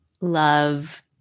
love